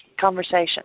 conversation